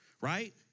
right